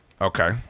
Okay